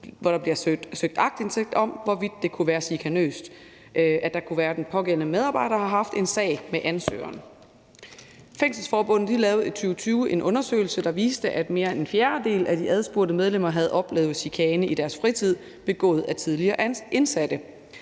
der bliver søgt aktindsigt om, hvorvidt det kunne være chikanøst, altså om f.eks. den pågældende medarbejder haft en sag med ansøgeren. Fængselsforbundet lavede i 2020 en undersøgelse, der viste, at mere end en fjerdedel af de adspurgte medlemmer havde oplevet chikane i deres fritid begået af tidligere indsatte.